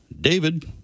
David